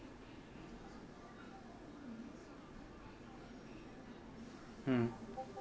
mm